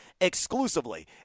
exclusively